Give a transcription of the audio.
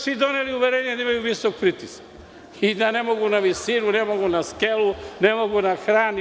Svi su doneli uverenje da imaju visok pritisak i da ne mogu na visinu, ne mogu na skelu, ne mogu na kran.